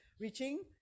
reaching